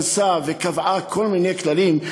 התכנסה וקבעה כל מיני כללים,